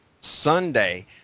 Sunday